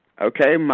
Okay